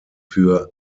für